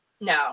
No